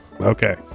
Okay